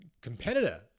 competitor